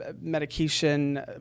medication